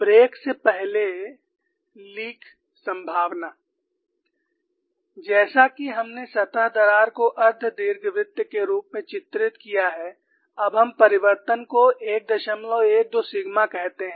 break से पहले leak संभावना जैसा कि हमने सतह दरार को अर्ध दीर्घवृत्त के रूप में चित्रित किया है अब हम परिवर्तन को 112 सिग्मा कहते हैं